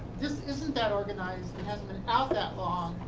this isn't that organized, it hasn't been out that long.